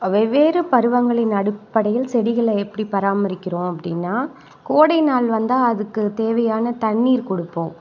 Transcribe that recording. வெவ்வேறு பருவங்களின் அடிப்படையில் செடிகளை எப்படி பராமரிக்கிறோம் அப்படின்னா கோடை நாள் வந்தால் அதுக்குத் தேவையான தண்ணீர் கொடுப்போம்